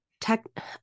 tech